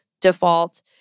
default